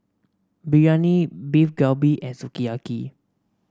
Biryani Beef Galbi and Sukiyaki